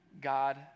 God